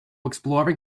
exploring